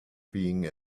being